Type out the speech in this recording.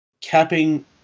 capping